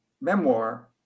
memoir